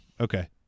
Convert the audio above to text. Okay